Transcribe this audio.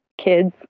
kids